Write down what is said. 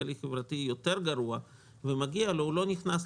כלכלי-חברתי גרוע יותר ומגיע לו לא נכנס לדירה.